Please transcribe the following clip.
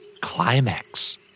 Climax